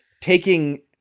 Taking